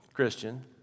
Christian